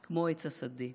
/ כמו עץ השדה.